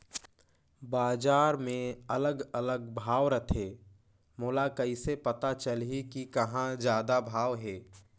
बजार मे अलग अलग भाव रथे, मोला कइसे पता चलही कि कहां जादा भाव हे?